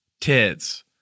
tits